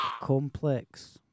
Complex